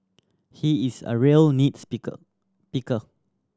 he is a real nit speaker picker